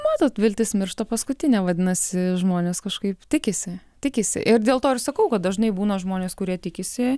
matot viltis miršta paskutinė vadinasi žmonės kažkaip tikisi tikisi ir dėl to ir sakau kad dažnai būna žmonės kurie tikisi